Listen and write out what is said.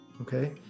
okay